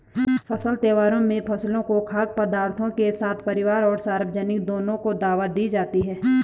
फसल त्योहारों में फसलों से खाद्य पदार्थों के साथ परिवार और सार्वजनिक दोनों को दावत दी जाती है